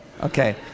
Okay